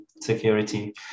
security